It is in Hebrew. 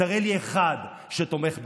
תראה לי אחד שתומך בהדתה,